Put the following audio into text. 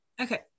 okay